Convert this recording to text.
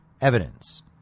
evidence